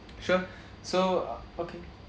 sure so okay